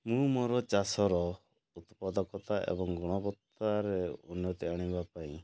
ମୁଁ ମୋର ଚାଷର ଉତ୍ପାଦକତା ଏବଂ ଗଣବତାରେ ଉନ୍ନତି ଆଣିବା ପାଇଁ